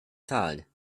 zahlen